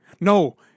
No –